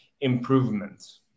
improvements